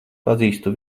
pazīstu